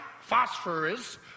phosphorus